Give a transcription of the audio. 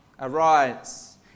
arise